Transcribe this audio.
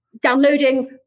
downloading